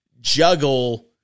juggle